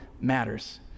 matters